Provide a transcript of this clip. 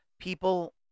People